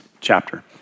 chapter